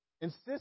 Insist